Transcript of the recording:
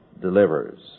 delivers